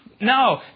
No